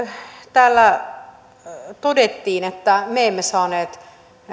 täällä todettiin että me emme saaneet